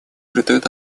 придает